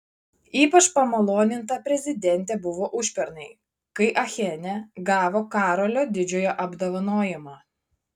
ypač pamaloninta prezidentė buvo užpernai kai achene gavo karolio didžiojo apdovanojimą